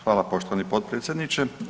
Hvala poštovani potpredsjedniče.